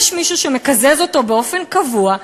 יש מישהו שמקזז אותו באופן קבוע.